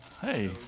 Hey